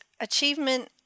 achievement